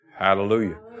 Hallelujah